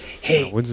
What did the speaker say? hey